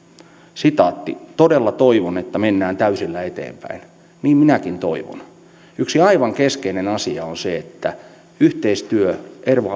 sitaatti todella toivon että mennään täysillä eteenpäin niin minäkin toivon yksi aivan keskeinen asia on se että yhteistyö erva